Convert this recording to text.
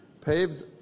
paved